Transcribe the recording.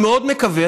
אני מאוד מקווה,